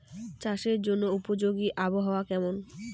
চাষের জন্য উপযোগী আবহাওয়া কেমন?